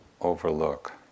overlook